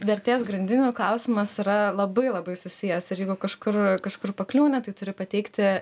vertės grandinių klausimas yra labai labai susijęs ir jeigu kažkur kažkur pakliūni tai turi pateikti